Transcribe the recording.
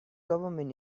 government